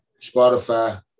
Spotify